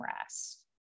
rest